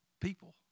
people